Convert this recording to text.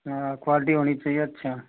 हाँ क्वालिटी होनी चाहिए अच्छा